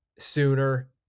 Sooner